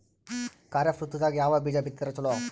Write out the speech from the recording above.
ಖರೀಫ್ ಋತದಾಗ ಯಾವ ಬೀಜ ಬಿತ್ತದರ ಚಲೋ?